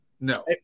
No